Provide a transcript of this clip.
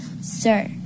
Sir